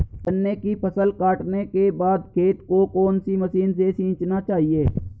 गन्ने की फसल काटने के बाद खेत को कौन सी मशीन से सींचना चाहिये?